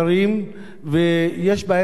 ויש בהם בעיה רצינית מאוד.